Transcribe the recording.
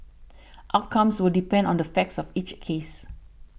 outcomes will depend on the facts of each case